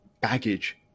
baggage